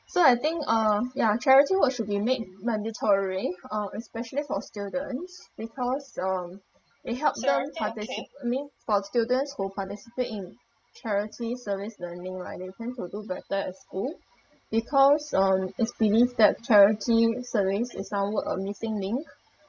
so I think uh ya charity work should be made mandatory uh especially for students because um it helps them partici~ I mean for students who participate in charity service learning right they tend to do better at school because on is believe that charity service is some work on missing link